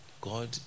God